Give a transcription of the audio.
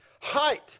height